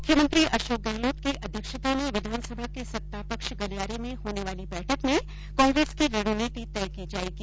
मुख्यमंत्री अशोक गहलोत की अध्यक्षता में विधानसभा के सत्तापक्ष गलियारे में होने वाली बैठक में कांग्रेस की रणनीति तय की जायेगी